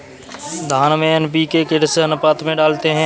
धान में एन.पी.के किस अनुपात में डालते हैं?